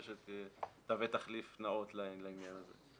ושתהווה תחליף נאות לעניין הזה.